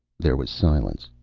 there was silence.